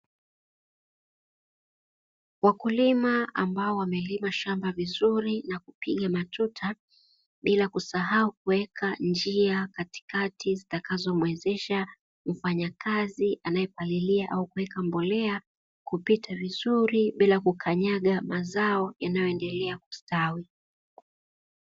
Wakulima ambao wamelima shamba mizuri na kupiga matuta bila kusahau kuweka njia katikati, zitakazomwezesha mfanyakazi anayepalilia au kuweka mbolea kupita vizuri bila kukanyaga mazao yanayoendelea kustawi.